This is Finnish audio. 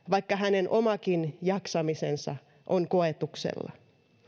vaikka hänen omakin jaksamisensa on koetuksella